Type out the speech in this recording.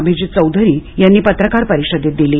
अभिजित चौधरी यांनी पत्रकार परिषदेत दिली